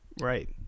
Right